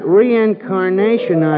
reincarnation